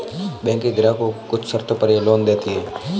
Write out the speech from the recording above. बैकें ग्राहकों को कुछ शर्तों पर यह लोन देतीं हैं